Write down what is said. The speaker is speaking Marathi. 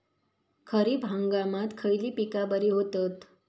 खरीप हंगामात खयली पीका बरी होतत?